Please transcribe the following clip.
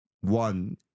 one